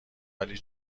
ولی